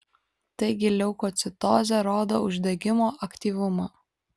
taigi leukocitozė rodo uždegimo aktyvumą